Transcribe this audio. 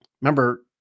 Remember